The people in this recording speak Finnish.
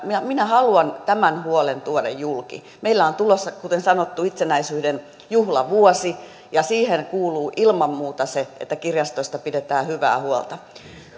minä haluan tämän huolen tuoda julki meillä on tulossa kuten sanottu itsenäisyyden juhlavuosi ja siihen kuuluu ilman muuta se että kirjastoista pidetään hyvää huolta